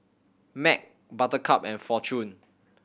Mac Buttercup and Fortune